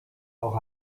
auch